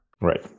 right